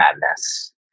madness